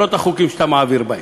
למרות החוקים שאתה מעביר בה.